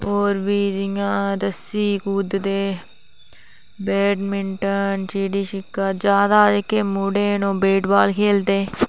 होर बी जियां रस्सी कुददे बेट मिटंन चिडी छिका ज्यादा जेहका मुडे़ेना ओह् वेटबाल खेलदे